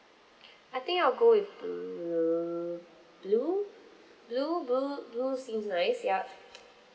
I think I'll go with blue blue blue blue blue seems nice yup